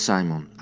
Simon